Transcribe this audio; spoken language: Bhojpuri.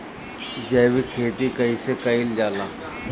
जैविक खेती कईसे कईल जाला?